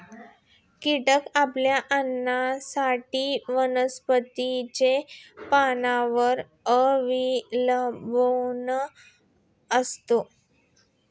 कीटक आपल्या अन्नासाठी वनस्पतींच्या पानांवर अवलंबून असतो